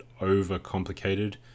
overcomplicated